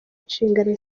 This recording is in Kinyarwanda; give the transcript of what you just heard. inshingano